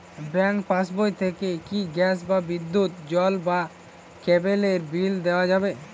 Bank পাশবই থেকে কি গ্যাস বা বিদ্যুৎ বা জল বা কেবেলর বিল দেওয়া যাবে?